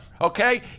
Okay